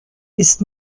ist